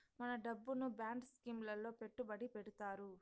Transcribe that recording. మన డబ్బును bond scheme లలో పెట్టుబడి పెడతారు